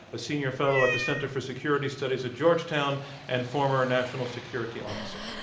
a senior fellow at the center for security studies at georgetown and former national security officer.